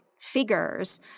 figures